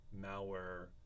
malware